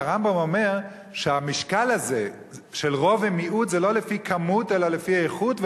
והרמב"ם אומר שהמשקל הזה של רוב ומיעוט זה לא לפי כמות אלא לפי איכות,